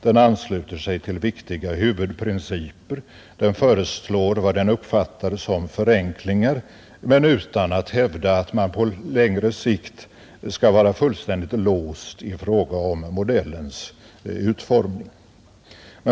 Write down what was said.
Den ansluter sig till viktiga huvudprinciper, den föreslår vad den uppfattar som förenklingar men utan att hävda att man på längre sikt skall vara fullständigt låst i fråga om modellens utformning.